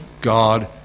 God